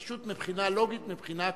פשוט מבחינה לוגית, מבחינה קונסטיטוציונית,